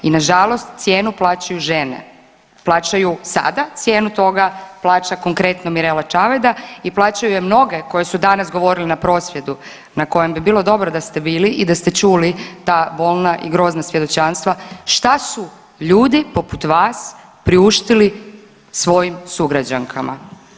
I nažalost cijenu plaćaju žene, plaćaju sada cijenu toga, plaća konkretno Mirela Čavajda i plaćaju je mnoge koje su danas govorile na prosvjedu na kojem bi bilo dobro da ste bili i da ste čuli ta bolna i grozna svjedočanstva šta su ljudi poput vas priuštili svojim sugrađankama.